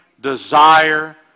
desire